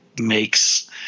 makes –